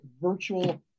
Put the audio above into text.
virtual